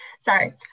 Sorry